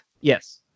Yes